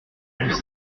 vous